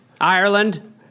Ireland